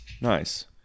Nice